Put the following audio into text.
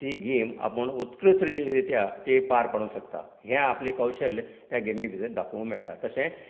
ती गॅम आपूण उत्कृश्ट रित्या ती पार पाडू शक्ता हे आपले कौशल्य त्या गॅमी भितर दाखोवू मेळटा